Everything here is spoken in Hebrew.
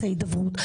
רוצה הידברות.